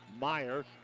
Meyer